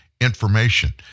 information